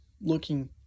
looking